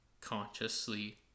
consciously